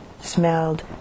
smelled